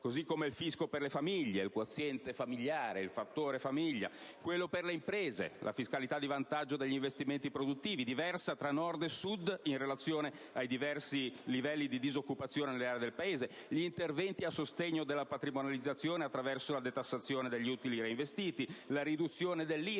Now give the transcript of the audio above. Così come il fisco per le famiglie (il quoziente familiare o il fattore famiglia), e quello per le imprese, la fiscalità di vantaggio degli investimenti produttivi, diversa tra Nord e Sud in relazione ai diversi livelli di disoccupazione nelle aree del Paese, gli interventi a sostegno della patrimonializzazione attraverso la detassazione degli utili reinvestiti, la riduzione dell'IRAP,